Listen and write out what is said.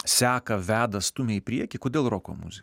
seka veda stumia į priekį kodėl roko muzika